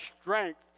strength